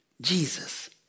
Jesus